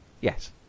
Yes